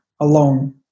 alone